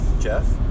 Jeff